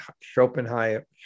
Schopenhauer